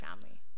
family